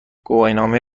گواهینامه